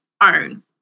own